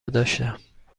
داشتم